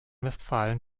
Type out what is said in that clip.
westfalen